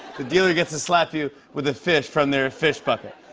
the dealer gets to slap you with a fish from their fish bucket.